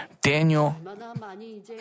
Daniel